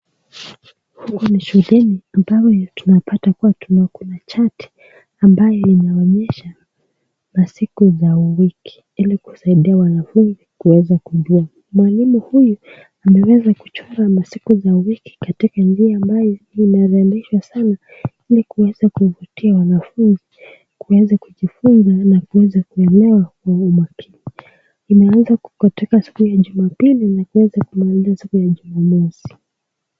Huu ni shuleni ambao tunapata Kuna chart ambaye inaonyesha masiku za wiki. Ili kusaidia wanafunzi kuweza kujua, mwalimu huyu ameweza kuchora masiku za wiki katika njia ambaye inarembesha sana ili kuweza kuvutia wanafunzi kuweza kujifunza na kuweza kuelewa kwa umakini, inaanza kutoka siku ya jumapili nakueza kumaliza siku ya jumamosi.